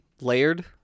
layered